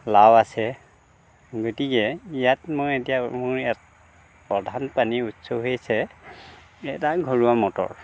লাউ আছে গতিকে ইয়াত মই এতিয়া মোৰ ইয়াত প্ৰধান পানীৰ উৎস হৈছে এটা ঘৰুৱা মটৰ